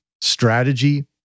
strategy